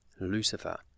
Lucifer